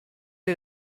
est